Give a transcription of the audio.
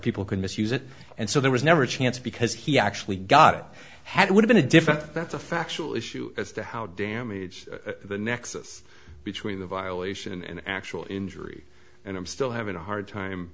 people can misuse it and so there was never a chance because he actually got it had it would have a different that's a factual issue as to how damage the nexus between the violation in an actual injury and i'm still having a hard time